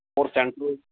ਔਰ ਸੈਂਟਰੋ